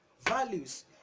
Values